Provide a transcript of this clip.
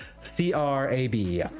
c-r-a-b